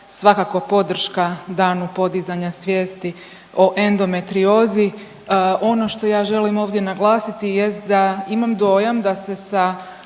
svakako podrška Danu podizanja svijesti o endometriozi. Ono što ja želim ovdje naglasiti jest da imam dojam da se sa